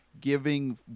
giving